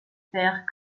faire